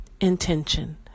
intention